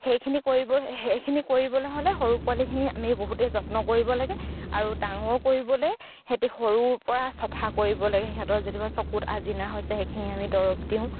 সেইখিনি কৰিব সেইখিনি কৰিবলে হ'লে সৰু পোৱালিখিনি আমি বহুতেই যত্ন কৰিব লাগে আৰু ডাঙৰ কৰিবলে সিহঁতি সৰুৰ পৰা চফা কৰিব লাগে সিহঁতৰ যেতিয়াবা চকুত আজিনা হৈছে সেইখিনি আমি দৰৱ দিওঁ